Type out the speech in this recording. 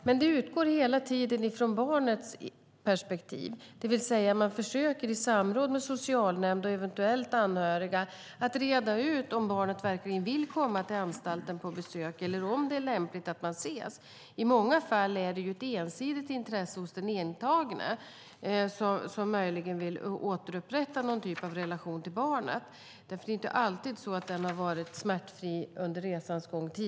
Men det utgår hela tiden från barnets perspektiv, det vill säga, man försöker i samråd med socialnämnd och eventuellt anhöriga att reda ut om barnet verkligen vill komma till anstalten på besök och om det är lämpligt att barnet och föräldern ses. I många fall är det ett ensidigt intresse hos den intagna som möjligen vill återupprätta någon typ av relation till barnet. Det är ju inte alltid så den har varit smärtfri tidigare under resans gång.